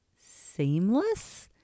seamless